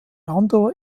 anderer